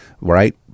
right